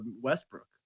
Westbrook